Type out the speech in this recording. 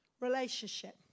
Relationship